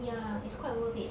ya it's quite worth it